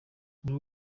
buri